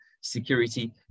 security